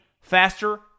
faster